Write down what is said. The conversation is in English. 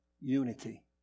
unity